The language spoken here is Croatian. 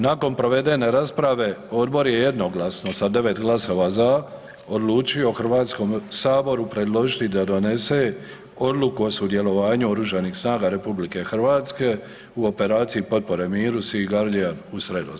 Nakon provedene rasprave odbor je jednoglasno sa 9 glasova za odlučio Hrvatskom saboru predložiti da donese odluku o sudjelovanju Oružanih snaga RH u operaciji potpore miru „Sea Guardian“ u Sredozemlju.